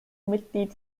mitglied